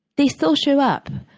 they still show up.